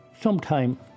Sometime